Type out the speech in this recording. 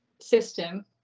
system